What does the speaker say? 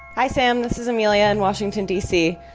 hi, sam. this is amelia in washington, d c.